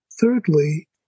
Thirdly